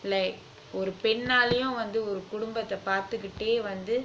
like ஒரு பெண்ணாளையும் வந்து ஒரு குடும்பத்த பாத்துகிட்டே வந்து:oru pennalaiyumvanthu oru kudumpatha pathukittae vanthu